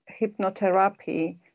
hypnotherapy